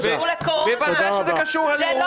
אבל זה לא קשור לאירועים, זה קשור לקורונה.